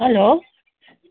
hello